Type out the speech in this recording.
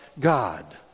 God